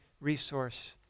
resource